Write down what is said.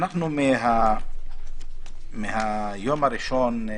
אנחנו מהיום הראשון,